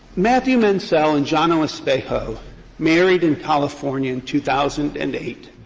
matthew mansell and johno espejo married in california in two thousand and eight.